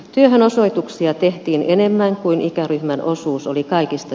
työhönosoituksia tehtiin enemmän kuin ikäryhmän osuus oli kaikista